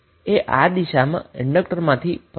current i1 એ આ દિશામાં ઈન્ડક્ટરમાંથી વહે છે